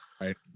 Right